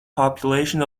population